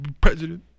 president